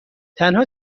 تنها